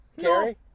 Carrie